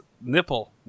nipple